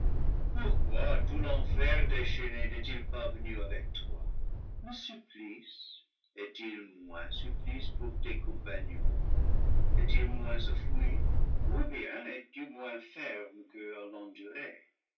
pourquoi tout l'enfer déchaîné n'est-il pas venu avec toi le supplice est-il moins supplice pour tes compagnons est-il moins à fuir ou bien es-tu moins ferme qu'eux